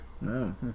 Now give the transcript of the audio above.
No